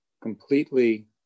completely